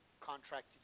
contracted